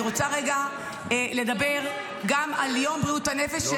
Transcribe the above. אני רוצה רגע לדבר גם על יום בריאות הנפש,